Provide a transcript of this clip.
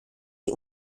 die